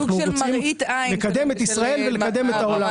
אנחנו רוצים לקדם את ישראל ולקדם את העולם.